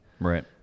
Right